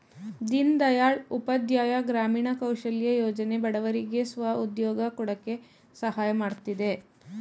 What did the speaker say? ದೀನ್ ದಯಾಳ್ ಉಪಾಧ್ಯಾಯ ಗ್ರಾಮೀಣ ಕೌಶಲ್ಯ ಯೋಜನೆ ಬಡವರಿಗೆ ಸ್ವ ಉದ್ಯೋಗ ಕೊಡಕೆ ಸಹಾಯ ಮಾಡುತ್ತಿದೆ